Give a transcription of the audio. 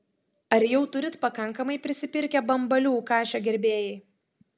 ar jau turit pakankamai prisipirkę bambalių kašio gerbėjai